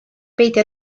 beidio